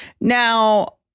Now